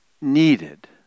needed